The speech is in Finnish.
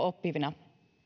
oppivina